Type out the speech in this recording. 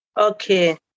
Okay